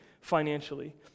financially